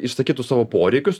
išsakytų savo poreikius